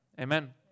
Amen